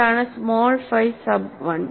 എന്താണ് small phi sub 1